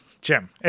jim